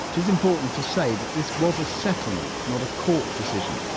it is important to say that this was a settlement not a court decision,